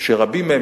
שרבים מהם,